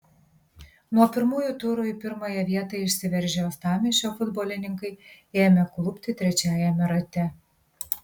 nuo pirmųjų turų į pirmąją vietą išsiveržę uostamiesčio futbolininkai ėmė klupti trečiajame rate